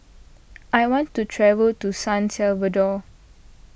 I want to travel to San Salvador